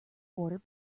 boarder